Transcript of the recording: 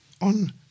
on